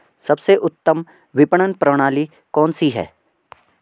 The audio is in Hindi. सबसे उत्तम विपणन प्रणाली कौन सी है?